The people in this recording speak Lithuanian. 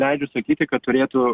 leidžiu sakyti kad turėtų